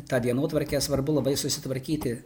tą dienotvarkę svarbu labai susitvarkyti